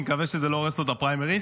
אני מקווה שזה לא הורס לו את הפריימריז.